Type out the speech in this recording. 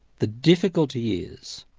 the difficulty is,